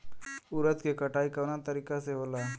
उरद के कटाई कवना तरीका से होला?